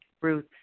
Ruth